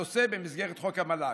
הנושא במסגרת חוק המל"ג.